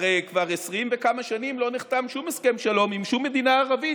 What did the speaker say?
הרי כבר 20 וכמה שנים לא נחתם שום הסכם שלום עם שום מדינה ערבית,